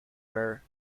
were